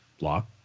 law